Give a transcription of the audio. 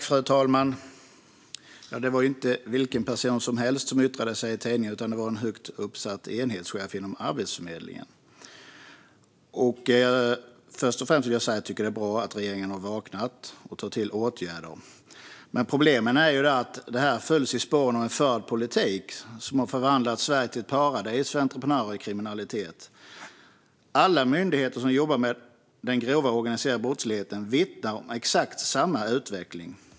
Fru talman! Det var ju inte vilken person som helst som yttrade sig i tidningen, utan det var en högt uppsatt enhetschef inom Arbetsförmedlingen. Jag tycker att det är bra att regeringen har vaknat och vidtagit åtgärder. Men problemet är att detta följer i spåren av en förd politik som har förvandlat Sverige till ett paradis för entreprenörer i kriminalitet. Alla myndigheter som jobbar med den grova organiserade brottsligheten vittnar om exakt samma utveckling.